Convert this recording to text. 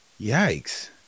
Yikes